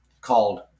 called